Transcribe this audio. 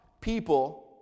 people